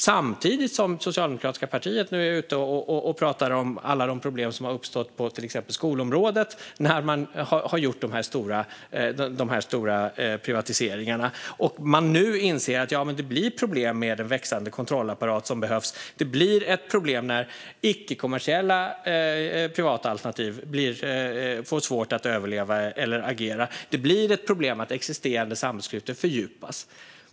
Samtidigt är det socialdemokratiska partiet nu ute och pratar om alla de problem som har uppstått på till exempel skolområdet när man har gjort de stora privatiseringarna. Nu inser man att det blir problem med den växande kontrollapparat som behövs. Det blir ett problem när icke-kommersiella privata alternativ får svårt att överleva eller agera. Det blir ett problem att existerande samhällsklyftor fördjupas.